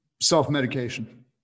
self-medication